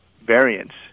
variants